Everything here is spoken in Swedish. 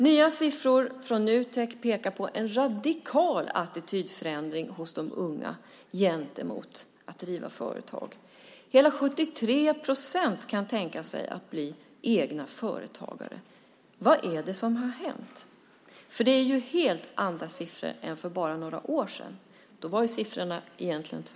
Nya siffror från Nutek pekar på en radikal attitydförändring hos de unga när det gäller att driva företag. Hela 73 procent kan tänka sig att bli egna företagare. Vad är det som har hänt? Det är ju helt andra siffror än för bara några år sedan. Då visade siffrorna det motsatta.